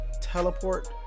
teleport